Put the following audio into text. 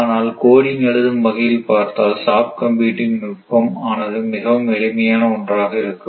ஆனால் கோடிங் எழுதும் வகையில் பார்த்தால் சாப்ட் கம்ப்யூட்டிங் நுட்பம் ஆனது மிகவும் எளிமையான ஒன்றாக இருக்கும்